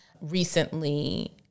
recently